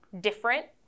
different